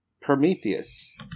Prometheus